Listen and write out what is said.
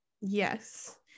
Yes